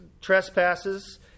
trespasses